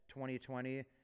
2020